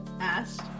asked